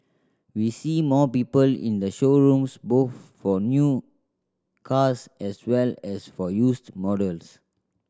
we see more people in the showrooms both for new cars as well as for used models